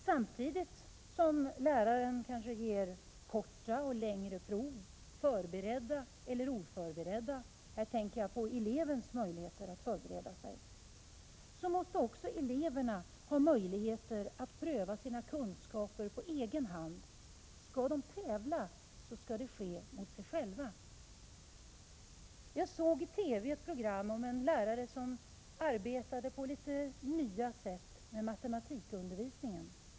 Samtidigt som läraren kanske ger korta eller längre prov, förberedda eller oförberedda — här tänker jag på elevernas möjligheter att förbereda sig — så måste också eleverna få möjligheter att pröva sina kunskaper på egen hand. Skall de tävla, så skall det ske mot sig själva. Jag såg i TV ett program om en lärare som arbetade med litet nya metoder i matematikundervisningen.